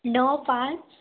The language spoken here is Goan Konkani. णव पांच